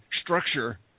structure